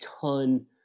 ton